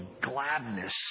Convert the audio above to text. gladness